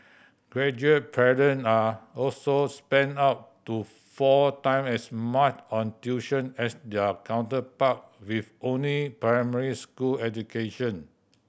graduate parent are also spent up to four time as much on tuition as their counterpart with only primary school education